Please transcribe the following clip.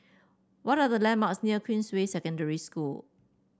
what are the landmarks near Queensway Secondary School